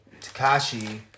Takashi